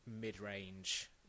mid-range